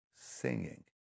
Singing